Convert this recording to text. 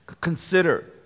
Consider